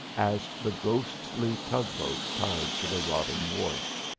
as the ghostly tug-boat tied to the rotting wharf.